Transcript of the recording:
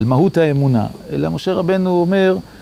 למהות האמונה, אלא משה רבנו אומר...